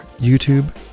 YouTube